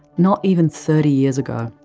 not even thirty years ago.